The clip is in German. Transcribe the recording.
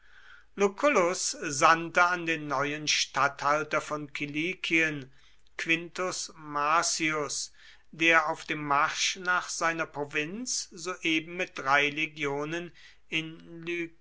sandte an den neuen statthalter von kilikien quintus marcius der auf dem marsch nach seiner provinz soeben mit drei legionen in